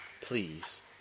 please